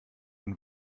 und